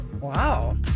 Wow